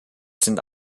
sind